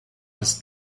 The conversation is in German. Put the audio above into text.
des